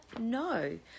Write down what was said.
No